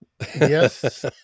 yes